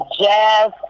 jazz